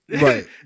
Right